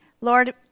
Lord